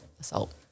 assault